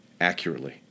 accurately